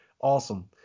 Awesome